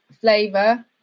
flavor